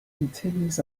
continues